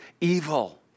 evil